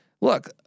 look